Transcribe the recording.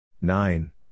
nine